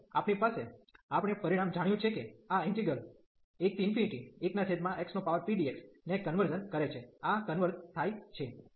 અને આપણી પાસે આપણે પરિણામ જાણ્યું છે કે આ ઈન્ટિગ્રલ 11xpdx ને કન્વર્ઝન કરે છે આ કન્વર્ઝ થાય છે